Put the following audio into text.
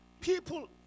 people